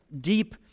deep